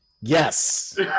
Yes